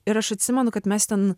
ir aš atsimenu kad mes ten